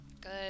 Good